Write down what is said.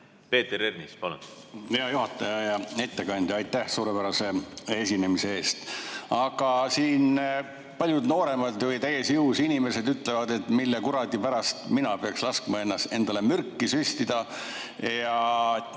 Peeter Ernits, palun! Hea juhataja! Hea ettekandja, aitäh suurepärase esinemise eest! Aga siin paljud nooremad või täies jõus inimesed ütlevad, et mille kuradi pärast mina peaksin laskma endale mürki süstida,